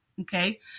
Okay